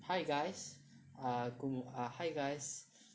hi guys err good err hi guys